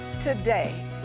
today